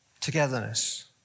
Togetherness